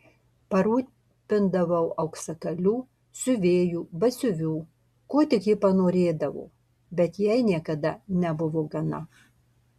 parūpindavau auksakalių siuvėjų batsiuvių ko tik ji panorėdavo bet jai niekada nebuvo gana